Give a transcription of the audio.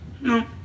no